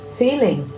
feeling